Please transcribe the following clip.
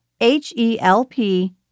H-E-L-P